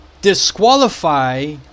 disqualify